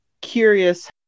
curious